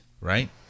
right